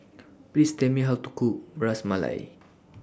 Please Tell Me How to Cook Ras Malai